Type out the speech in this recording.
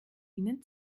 ihnen